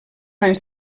anys